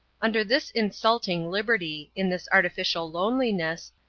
under this insulting liberty, in this artificial loneliness,